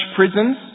prisons